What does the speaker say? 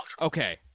Okay